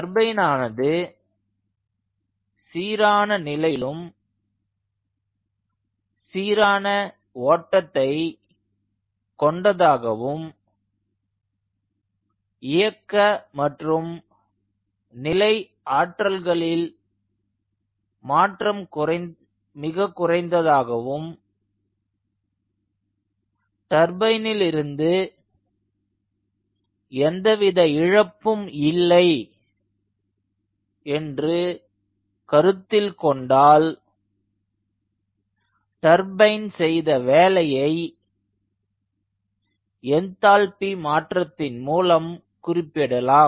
டர்பைனானது சீரான நிலையிலும் சீரான ஓட்டத்தை கொண்டதாகவும் இயக்க மற்றும் நிலை ஆற்றல்களின் மாற்றம் மிக குறைந்ததாகவும் டர்பைனில் இருந்து எந்தவித இழப்பும் இல்லை என்று கருத்தில் கொண்டால் டர்பைன் செய்த வேலையை என்தால்பி மாற்றத்தின் மூலம் குறிப்பிடலாம்